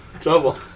Double